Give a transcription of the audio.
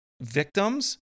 victims